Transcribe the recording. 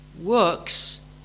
works